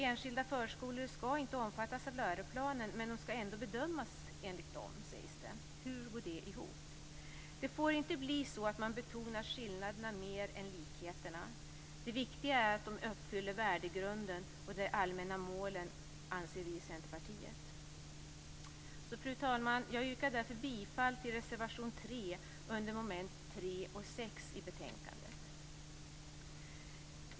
Enskilda förskolor skall inte omfattas av läroplanen, men de skall ändå bedömas enligt den. Hur går det ihop? Det får inte bli så att man betonar skillnaderna mera än likheterna. Det viktiga är att förskolorna lever upp till värdegrunden och de allmänna målen, anser vi i Centerpartiet. Fru talman! Jag yrkar bifall till reservation 3 under mom. 3 och 6 i betänkandet.